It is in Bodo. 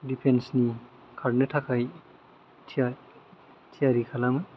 दिफेनसनि खारनो थाखाय थियारि खालामो